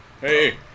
Hey